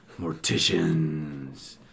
morticians